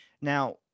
now